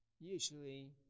usually